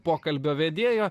pokalbio vedėjo